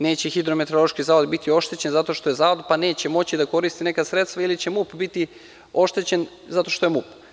Neće RHMZ biti oštećen zato što je zavod, pa neće moći da koristi neka sredstva ili će MUP biti oštećen zato što je MUP.